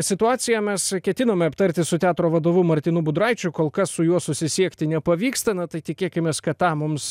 situaciją mes ketinome aptarti su teatro vadovu martynu budraičiu kol kas su juo susisiekti nepavyksta na tai tikėkimės kad tą mums